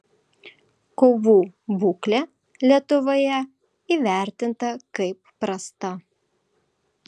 kovų būklė lietuvoje įvertinta kaip prasta